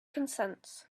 consents